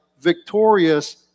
victorious